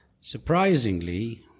Surprisingly